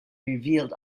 revealed